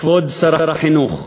כבוד שר החינוך,